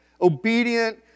obedient